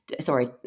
sorry